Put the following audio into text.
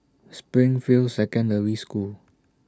Springfield Secondary School